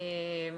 אף